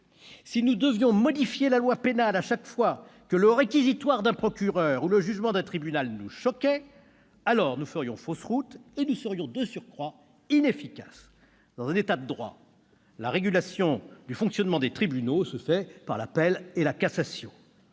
Si nous devions modifier la loi pénale chaque fois que le réquisitoire d'un procureur ou le jugement d'un tribunal nous choque, alors nous ferions fausse route et nous serions, de surcroît, inefficaces. Dans un État de droit, la régulation du fonctionnement des tribunaux se fait par l'appel et la cassation.